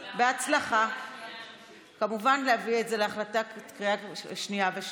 אז, רגע, כרגע אין ויכוח.